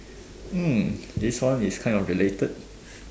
mm this one is kind of related